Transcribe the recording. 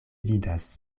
vidas